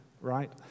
right